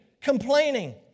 Complaining